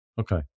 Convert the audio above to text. Okay